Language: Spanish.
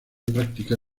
práctica